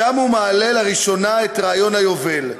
שם הוא מעלה לראשונה את רעיון היובל,